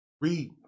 Read